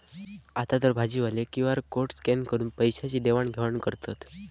आतातर भाजीवाले पण क्यु.आर कोड स्कॅन करून पैशाची देवाण घेवाण करतत